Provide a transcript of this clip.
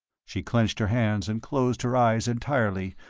she clenched her hands and closed her eyes entirely,